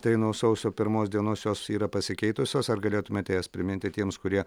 tai nuo sausio pirmos dienos jos yra pasikeitusios ar galėtumėte jas priminti tiems kurie